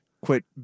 quit